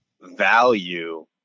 value